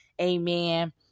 Amen